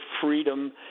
freedom